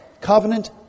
covenant